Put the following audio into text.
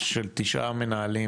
של תשעה מנהלים,